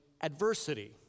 adversity